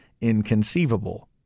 inconceivable